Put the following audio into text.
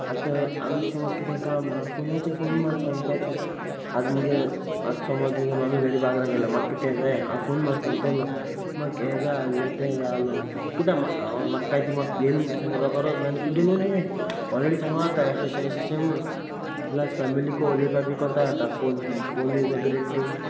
आतां हंगा समज कितें काम हां फोनाचे फोन मात सांगपाचें आतां मुगे आतां समोज मगे मामी डॅडी बाजरान गेल्या म्हाका कितें जाय हांव फोन मात सांगतलो म्हाका हें जाय आसलें तें जाय आसो म्हू कित्या म्हाका कांयथिंग येली म्हणणी सांगपाो ना न्हू तेंगे गेलोलीं आसाय ऑलरेडी सांगो वातता येशेंशें यशेंशें म्हूण प्लास फॅमिली को उलयपा बी कोताय जातता phone phone is a great thing